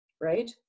Right